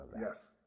Yes